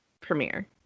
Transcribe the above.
premiere